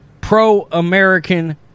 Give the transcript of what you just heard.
pro-American